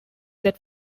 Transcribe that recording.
that